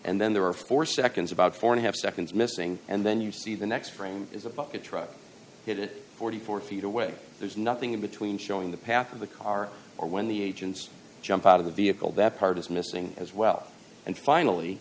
and then there are four seconds about four and a half seconds missing and then you see the next frame is a bucket truck hit it forty four feet away there is nothing in between showing the path of the car or when the agents jump out of the vehicle that part is missing as well and finally